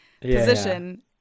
position